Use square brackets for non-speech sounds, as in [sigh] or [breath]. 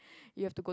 [breath] you have to